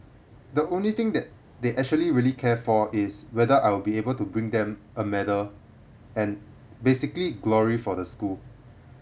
the only thing that they actually really care for is whether I will be able to bring them a medal and basically glory for the school